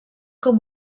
com